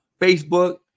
Facebook